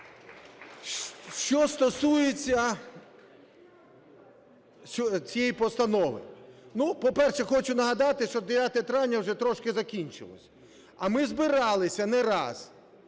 Що стосується цієї постанови. По-перше, хочу нагадати, що 9 травня вже трошки закінчилось, а ми збиралися не раз,